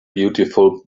beautiful